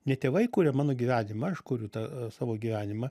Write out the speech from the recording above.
ne tėvai kuria mano gyvenimą aš kuriu tą savo gyvenimą